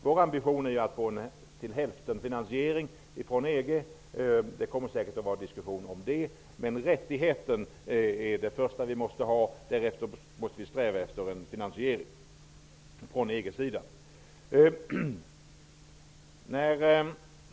Vår ambition är en till-hälften-finansiering från EG; det kommer säkert att bli diskussion om det. Rättigheten är det första vi måste ha. Därefter måste vi sträva efter en finansiering från EG:s sida.